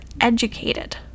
educated